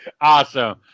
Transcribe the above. Awesome